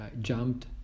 jumped